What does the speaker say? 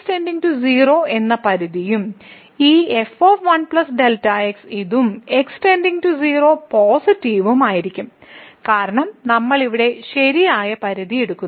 Δx → 0 എന്ന പരിധിയും ഈ f 1Δx ഇതും x → 0 പോസിറ്റീവ് ഉം ആയിരിക്കും കാരണം നമ്മൾ ഇവിടെ ശരിയായ പരിധി എടുക്കുന്നു